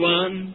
one